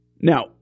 Now